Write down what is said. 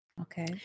Okay